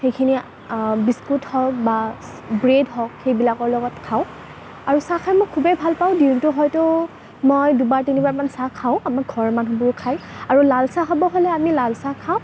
সেইখিনি বিস্কুট হওক বা ব্ৰেড হওক সেইবিলাকৰ লগত খাওঁ আৰু চাহ খাই মই খুবেই ভাল পাওঁ দিনটোত হয়তো মই দুবাৰ তিনিবাৰমান চাহ খাওঁ আমাৰ ঘৰৰ মানুহবোৰেও খায় আৰু লাল চাহ খাব হ'লে আমি লাল চাহ খাওঁ